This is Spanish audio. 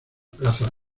plaza